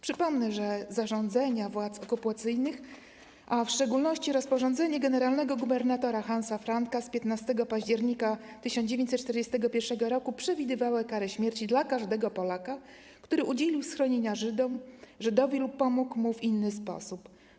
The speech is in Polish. Przypomnę, że zarządzenia władz okupacyjnych, w szczególności rozporządzenie generalnego gubernatora Hansa Franka z 15 października 1941 r., przewidywały karę śmierci dla każdego Polaka, który udzielił schronienia Żydowi lub pomógł mu w inny sposób.